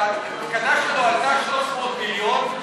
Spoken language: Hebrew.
שההקמה שלו הייתה 300 מיליון,